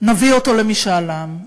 נביא אותו למשאל עם.